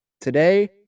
today